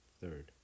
third